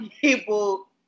people